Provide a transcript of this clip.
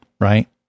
right